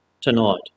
tonight